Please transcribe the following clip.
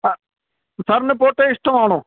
അ സാറിന് പോട്ട ഇഷ്ടമാണോ